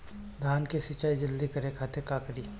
धान के सिंचाई जल्दी करे खातिर का करी?